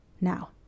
Now